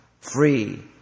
free